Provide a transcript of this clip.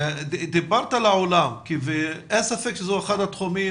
דיברת על העולם, אין ספק שזה אחד התחומים